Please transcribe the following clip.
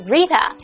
Rita